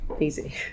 easy